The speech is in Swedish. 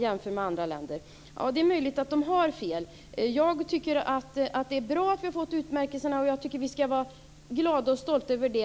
jämfört med i andra länder, har fel. Jag tycker att det är bra att vi har fått utmärkelserna, och vi ska vara glada och stolta över det.